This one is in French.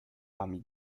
parmi